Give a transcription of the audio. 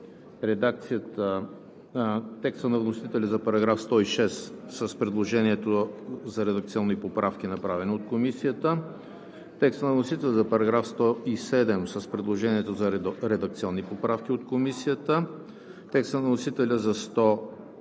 текста на вносителя за § 106 с предложението за редакционни поправки, направено от Комисията; текста на Комисията за § 107 с предложението за редакционни поправки от Комисията; текста на вносителя за §